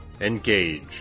Engage